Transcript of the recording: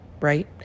right